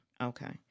Okay